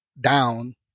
down